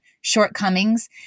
shortcomings